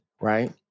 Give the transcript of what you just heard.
right